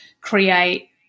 create